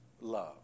love